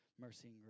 mercy